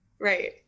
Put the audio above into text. right